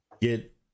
get